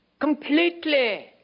completely